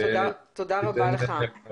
תודה רבה לך.